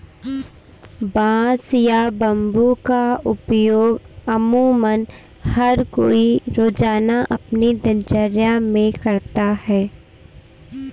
बांस या बम्बू का उपयोग अमुमन हर कोई रोज़ाना अपनी दिनचर्या मे करता है